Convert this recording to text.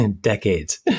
decades